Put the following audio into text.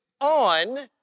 on